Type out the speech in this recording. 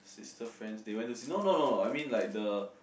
sister friends they went to see no no no I mean like the